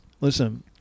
Listen